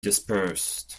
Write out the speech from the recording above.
dispersed